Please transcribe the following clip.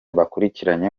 bakurikiranye